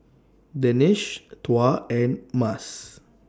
Danish Tuah and Mas